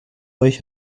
euch